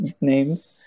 names